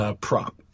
prop